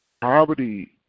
Poverty